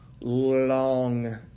long